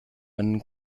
einen